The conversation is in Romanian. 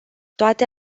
toate